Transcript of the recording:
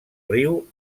riu